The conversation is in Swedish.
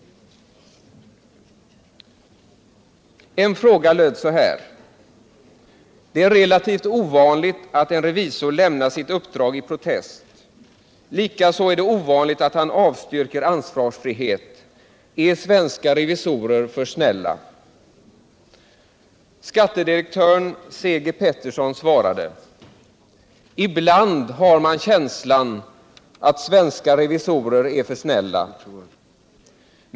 En fråga löd: ”Det är ju relativt ovanligt att en revisor lämnar sitt uppdrag i "protest", likaså att han avstyrker ansvarsfrihet. Är svenska revisorer för snälla?” Skattedirektören C-G Pettersson svarade: ”Ibland har man den känslan.